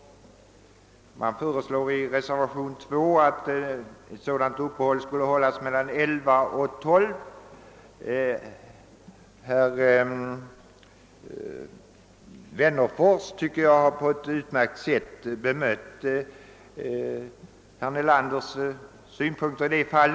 Han föreslår i reservationen 2 att ett sådant uppehåll skall göras mellan kl. 11 och kl. 12. Jag tycker att herr Wennerfors på ett utmärkt sätt bemött herr Nelanders synpunkter i detta fall.